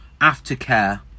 aftercare